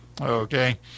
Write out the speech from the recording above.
Okay